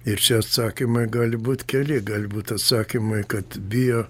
ir čia atsakymai gali būt keli gali būt atsakymai kad bijo